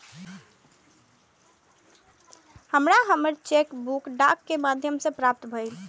हमरा हमर cheque book डाक के माध्यम से प्राप्त भईल